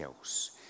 else